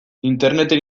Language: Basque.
interneten